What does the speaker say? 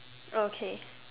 okay